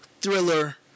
Thriller